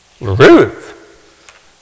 Ruth